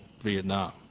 Vietnam